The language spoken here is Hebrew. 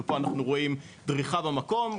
ופה אנחנו רואים דריכה במקום,